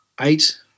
eight